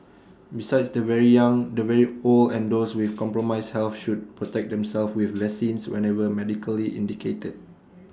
besides the very young the very old and those with compromised health should protect themselves with vaccines whenever medically indicated